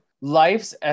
life's